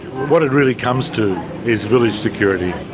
what it really comes to is village security.